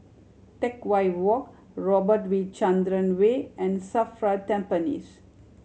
Teck Whye Walk Robert V Chandran Way and SAFRA Tampines